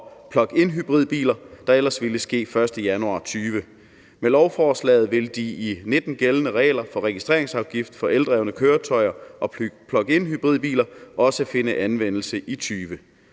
og pluginhybridbiler, der ellers ville ske den 1. januar 2020. Med lovforslaget vil de i 2019 gældende regler for registreringsafgift for eldrevne køretøjer og pluginhybridbiler også finde anvendelse i 2020.